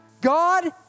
God